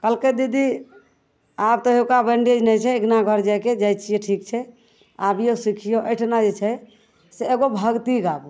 कहलकै दीदी आब तहिऔका बैन्डेज नहि छै आब अँगना घर जाएके जाइ छिए ठीक छै आबिऔ सिखिऔ एहिठिना जे छै से एगो भगती गाबू